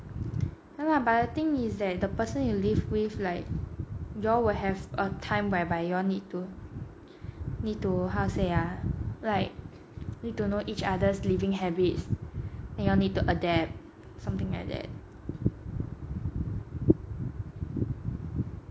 ya lah but the thing is that the person you live with like you'll will have a time whereby you all need to need to how to say ah like need to know each other's living habits then you'll need to adapt something like that